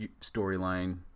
storyline